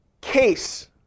case